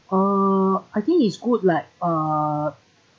uh I think it's good like uh